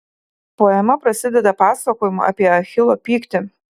poema prasideda pasakojimu apie achilo pyktį